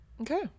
Okay